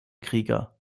krieger